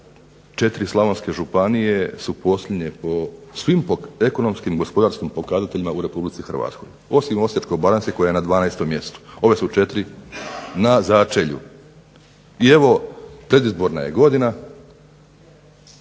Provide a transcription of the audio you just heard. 4 Slavonske županije su posljednje po svim ekonomskim i gospodarskim pokazateljima u RH. Osim Osječko-baranjske koja je na 12. mjestu, ove su 4 na začelju. I evo predizborna godina